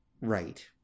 Right